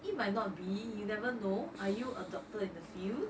it might not be you never know are you a doctor in the field